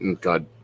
God